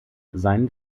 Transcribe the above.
seinen